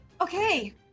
Okay